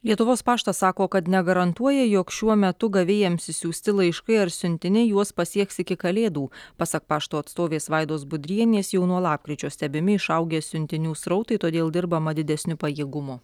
lietuvos paštas sako kad negarantuoja jog šiuo metu gavėjams išsiųsti laiškai ar siuntiniai juos pasieks iki kalėdų pasak pašto atstovės vaidos budrienės jau nuo lapkričio stebimi išaugę siuntinių srautai todėl dirbama didesniu pajėgumu